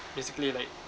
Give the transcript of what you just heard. like